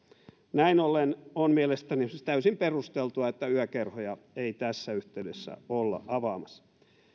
näin ollen on mielestäni täysin perusteltua että yökerhoja ei tässä yhteydessä olla avaamassa